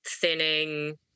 thinning